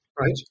right